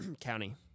County